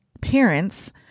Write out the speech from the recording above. parents